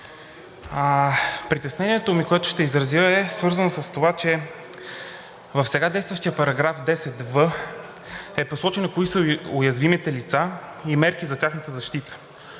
Притеснението ми, което ще изразя, е свързано с това, че в сега действащия § 10в е посочено кои са уязвимите лица и мерки за тяхната защита.